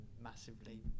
massively